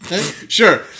Sure